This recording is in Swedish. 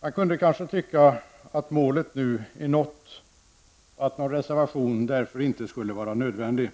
Man kunde kanske tycka att målet nu är nått och att någon reservation därför inte skulle vara nödvändig.